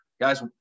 guys